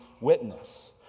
witness